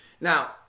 Now